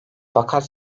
fakat